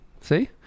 See